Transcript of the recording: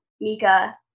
Mika